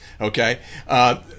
Okay